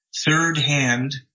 third-hand